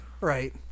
right